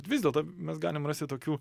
vis dėl to mes galim rasti tokių